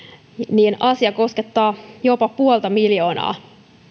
niin asia koskettaa jopa puolta miljoonaa